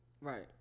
Right